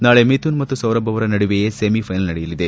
ನಾಳೆ ಮಿಥುನ್ ಮತ್ತು ಸೌರಭ್ ಅವರ ನಡುವೆಯೇ ಸೆಮಿಫೈನಲ್ಪ್ ನಡೆಯಲಿದೆ